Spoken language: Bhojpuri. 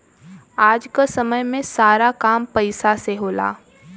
आज क समय में सारा काम पईसा से हो जाला